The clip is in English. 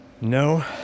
No